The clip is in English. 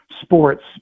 sports